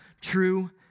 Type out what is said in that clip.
true